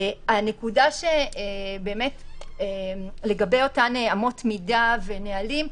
הנקודה לגבי אותן אמות מידה ונהלים,